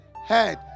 head